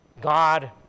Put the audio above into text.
God